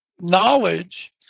knowledge